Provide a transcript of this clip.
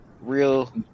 real